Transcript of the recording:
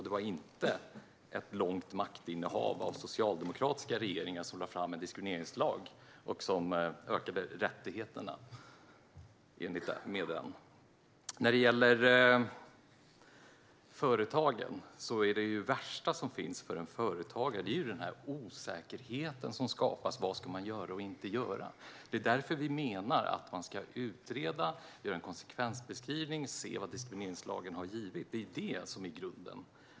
Det var inte efter ett långt maktinnehav av socialdemokratiska regeringar som en diskrimineringslag lades fram och ökade rättigheterna. För en företagare är det värsta som finns den osäkerhet som skapas: Vad ska man göra och inte göra? Det är därför vi menar att man ska utreda, göra en konsekvensbeskrivning och se vad diskrimineringslagen har givit. Det är det som är grunden.